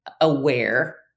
aware